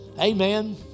Amen